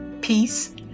peace